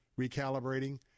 recalibrating